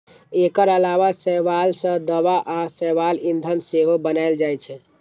एकर अलावा शैवाल सं दवा आ शैवाल ईंधन सेहो बनाएल जाइ छै